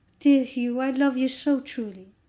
dear hugh, i love you so truly!